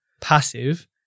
passive